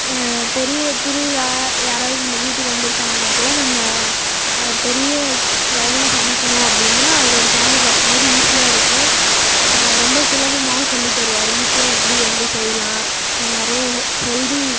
பெரிய திருவிழா யாராவது நம்ம வீட்டுக்கு வந்துருக்காங்கன்னால் கூட நம்ம பெரிய லெவலில் சமைக்கணும் அப்படின்னா அவரோட சேனல் பார்க்கும்போது ஈசியா இருக்கும் ரொம்ப சுலபமாவும் சொல்லித் தருவார் ஈஸியா எப்படி வந்து செய்யலாம் நிறைய ஹெல்தி